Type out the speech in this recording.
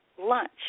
lunch